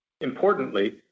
Importantly